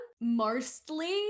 mostly